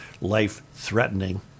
life-threatening